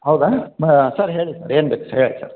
ಹೌದಾ ಸರ್ ಹೇಳಿ ಸರ್ ಏನ್ಬೇಕು ಸರ್ ಹೇಳಿ ಸರ್